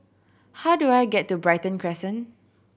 how do I get to Brighton Crescent